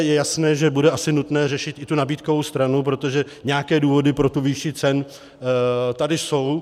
Je jasné, že bude asi nutné řešit i tu nabídkovou stranu, protože nějaké důvody pro tu výši cen tady jsou.